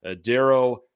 Darrow